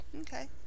okay